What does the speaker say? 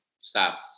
stop